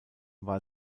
war